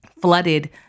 flooded